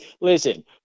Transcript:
Listen